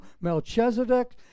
Melchizedek